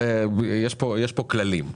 יש פה כללים.